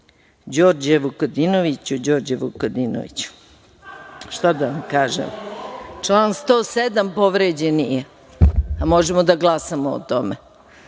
ubiti. Đorđe Vukadinoviću, Đorđe Vukadinoviću, šta da vam kažem? Član 107. povređen nije. Možemo da glasamo o tome.